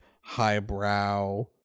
highbrow